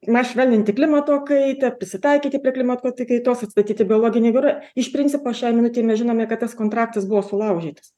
na švelninti klimato kaitą prisitaikyti prie klimatko kaitos atstatyti biologinį v r iš principo šią minutę mes žinome kad tas kontraktas buvo sulaužytas